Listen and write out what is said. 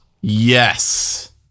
Yes